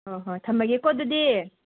ꯍꯣꯏ ꯍꯣꯏ ꯊꯝꯃꯒꯦꯀꯣ ꯑꯗꯨꯗꯤ